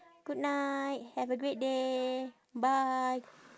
good night have a great day bye